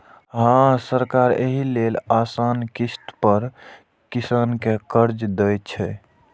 हां, सरकार एहि लेल आसान किस्त पर किसान कें कर्ज दै छै